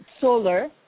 solar